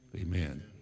Amen